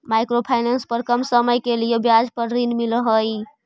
micro finance पर कम समय के लिए ब्याज पर ऋण मिलऽ हई